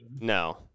no